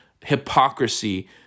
hypocrisy